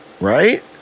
Right